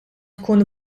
tkun